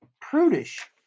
prudish